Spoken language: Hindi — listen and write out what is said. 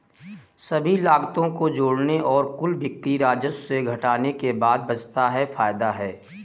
सभी लागतों को जोड़ने और कुल बिक्री राजस्व से घटाने के बाद बचता है फायदा है